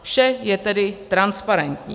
Vše je tedy transparentní.